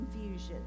confusion